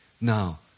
Now